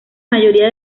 mayoría